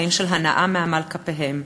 חיים של הנאה מעמל כפיהם,